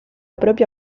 propia